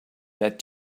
that